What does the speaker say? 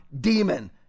demon